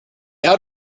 outed